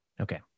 Okay